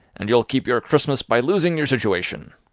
and you'll keep your christmas by losing your situation!